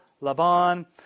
laban